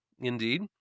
Indeed